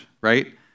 right